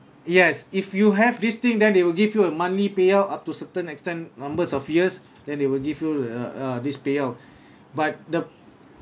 yes if you have this thing then they will give you a monthly payout up to certain extent numbers of years then they will give you uh uh this payout but the